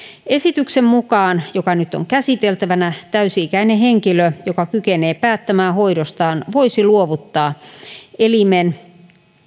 esityksen mukaan joka nyt on käsiteltävänä täysi ikäinen henkilö joka kykenee päättämään hoidostaan voisi luovuttaa elimen